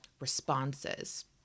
responses